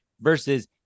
versus